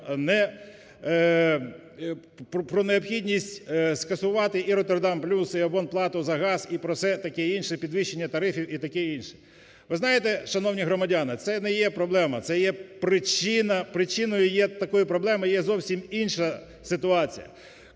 про необхідність скасувати і "Роттердам плюс", і абонплату за газ, і про все таке інше, підвищення тарифів і таке інше. Ви знаєте, шановні громадяни, це не є проблема, це є причина, причиною є такої проблеми є зовсім інша ситуація.